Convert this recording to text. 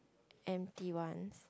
empty ones